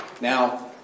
Now